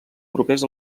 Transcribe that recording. propers